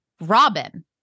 Robin